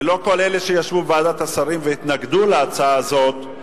ולא כל אלה שישבו בוועדת השרים והתנגדו להצעה הזאת,